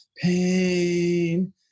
pain